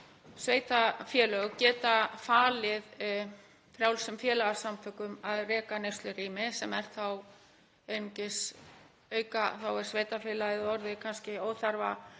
sveitarfélög geta falið frjálsum félagasamtökum að reka neyslurými sem er þá einungis auka, þá er sveitarfélagið orðið kannski